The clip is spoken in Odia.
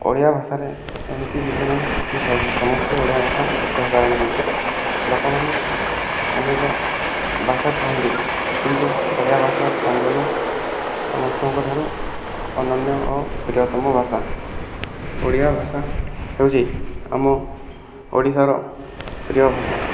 ଓଡ଼ିଆ ଭାଷାରେ ଏମିତି କିଛି ନାହିଁ କି ସମସ୍ତେ ଓଡ଼ିଆ ଭାଷା କହିପାରନ୍ତି ଲୋକମାନେ ଅନେକ ଭାଷା କୁହନ୍ତି କିନ୍ତୁ ଓଡ଼ିଆ ଭାଷା ସମ୍ପୂର୍ଣ୍ଣ ସମସ୍ତଙ୍କ ଠାରୁ ଅନନ୍ୟ ଓ ପ୍ରିୟତମ ଭାଷା ଓଡ଼ିଆ ଭାଷା ହେଉଛି ଆମ ଓଡ଼ିଶାର ପ୍ରିୟ ଭାଷା